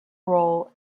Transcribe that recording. role